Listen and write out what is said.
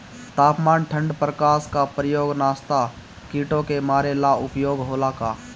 तापमान ठण्ड प्रकास का उपयोग नाशक कीटो के मारे ला उपयोग होला का?